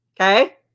Okay